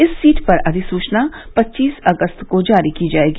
इस सीट पर अधिसूचना पच्चीस अगस्त को जारी की जायेगी